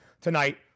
tonight